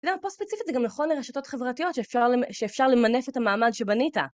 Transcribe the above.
פה ספציפית זה גם נכון לרשתות חברתיות שאפשר למנף את המעמד שבנית.